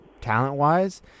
talent-wise